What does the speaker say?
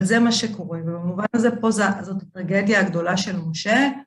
זה מה שקורה, ובמובן הזה פה זה... זאת הטרגדיה הגדולה של משה,